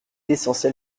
essentiel